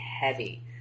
heavy